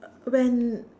when